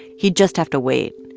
he'd just have to wait,